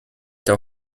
der